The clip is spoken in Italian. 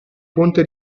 ponte